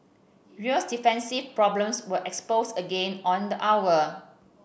real's defensive problems were exposed again on the hour